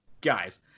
guys